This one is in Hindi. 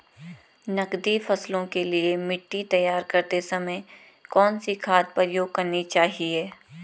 नकदी फसलों के लिए मिट्टी तैयार करते समय कौन सी खाद प्रयोग करनी चाहिए?